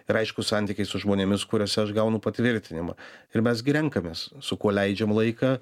ir aišku santykiai su žmonėmis kuriuose aš gaunu patvirtinimą ir mes gi renkamės su kuo leidžiam laiką